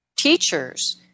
teachers